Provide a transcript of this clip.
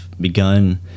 begun